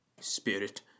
Spirit